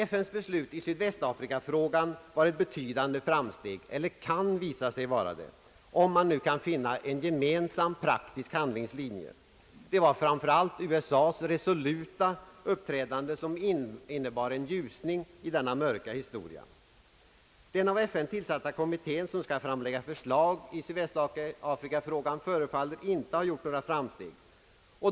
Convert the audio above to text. FN:s beslut i sydvästafrikafrågan i höstas var ett betydande framsteg, eller kan visa sig vara det, om man nu kan finna en gemensam praktisk handlingslinje. Det var framför allt USA:s resoluta uppträdande som innebar en ljusning i denna mörka historia. Den av FN tillsatta kommitté som skall framlägga förslag i sydvästafrikafrågan förefaller dock inte att ha gjort några framsteg.